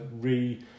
re